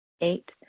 Eight